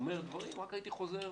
הייתי חוזר